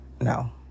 No